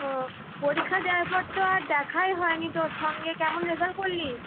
ও পরীক্ষা দেওয়ার পর তো আর দেখাই হয়নি তোর সঙ্গে কেমন রেজাল্ট করলি